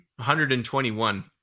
121